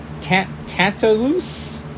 Tantalus